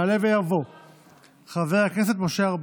יעלה ויבוא חבר הכנסת משה ארבל.